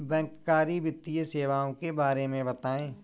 बैंककारी वित्तीय सेवाओं के बारे में बताएँ?